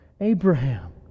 Abraham